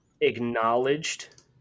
acknowledged –